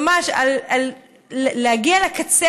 ממש להגיע לקצה,